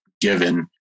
given